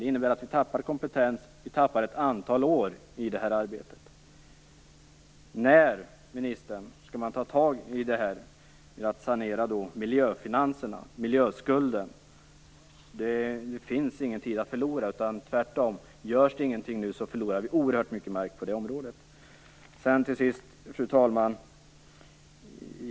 Det innebär att vi tappar i kompetens, tappar ett antal år i arbetet. När skall man, ministern, ta itu med att sanera miljöfinanserna, miljöskulden? Det finns ingen tid att förlora. Tvärtom, görs ingenting nu förlorar vi oerhört mycket mark på det området. Till sist, fru talman!